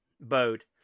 boat